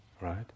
right